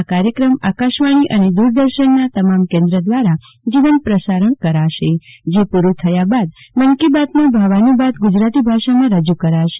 આ કાર્ચક્રમ આકાશવાણી અને દુરદર્શનના તમામ કેન્દ્ર દ્રારા તેનું જીવંત પ્રસારણ કરાશે જે પુરૂ થયા બાદ મન કી બાતનો ભાવાનુવાદ ગુજરાતી ભાષામાં રજુ કરાશે